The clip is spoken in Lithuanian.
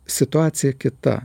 situacija kita